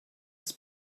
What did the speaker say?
was